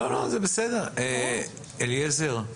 אליעזר,